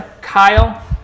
Kyle